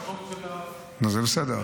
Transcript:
--- זה בסדר.